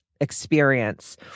experience